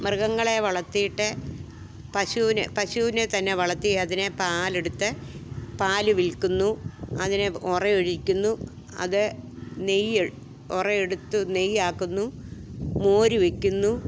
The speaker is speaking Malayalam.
മൃഗങ്ങളെ വളർത്തിയിട്ട് പശുവിനെ പശുവിനെ തന്നെ വളർത്തി അതിനെ പാൽ എടുത്ത് പാൽ വിൽക്കുന്നു അതിനെ ഒറ ഒഴിക്കുന്നു അത് നെയ്യ് ഒറയെടുത്തു നെയ്യാക്കുന്നു മോര് വയ്ക്കുന്നു